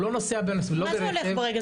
מה זה הולך ברגל?